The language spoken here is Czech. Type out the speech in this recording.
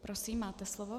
Prosím, máte slovo.